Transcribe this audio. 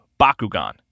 Bakugan